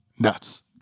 Nuts